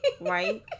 right